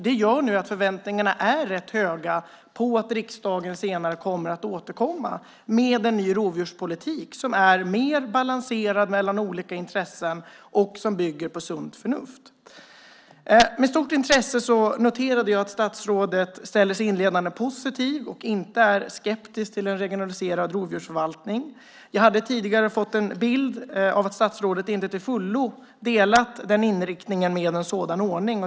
Det gör att förväntningarna nu är rätt höga på att riksdagen senare ska återkomma med en ny rovdjurspolitik som är mer balanserad mellan olika intressen och som bygger på sunt förnuft. Med stort intresse noterade jag att statsrådet inledningsvis ställer sig positiv och inte är skeptisk till en regionaliserad rovdjursförvaltning. Jag hade tidigare fått en bild av att statsrådet inte till fullo håller med om inriktningen med en sådan ordning.